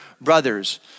brothers